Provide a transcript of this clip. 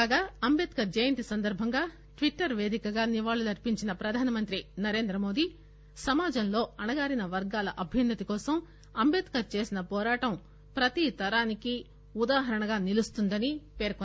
కాగా అంబేద్కర్ జయంతి సందర్భంగా ట్విట్టర్ పేదికగా నివాళులర్పించిన ప్రధానమంత్రి నరేంద్రమోదీ సమాజంలో అణగారిన వర్గాల అభ్యున్నతి కోసం అంటేద్కర్ చేసిన పోరాటం ప్రతి తరానికి ఉదాహరణకు నిలుస్తుందని పేర్కొన్నారు